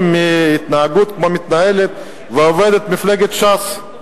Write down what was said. מההתנהגות שבה מתנהלת ועובדת מפלגת ש"ס.